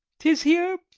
tis here,